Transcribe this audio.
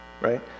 Right